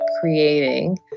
creating